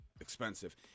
expensive